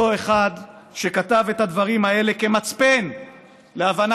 אותו אחד שכתב את הדברים האלה כמצפן להבנת